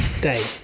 day